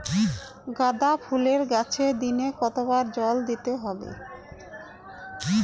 গাদা ফুলের গাছে দিনে কতবার জল দিতে হবে?